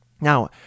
Now